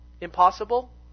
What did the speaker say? Impossible